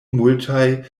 multaj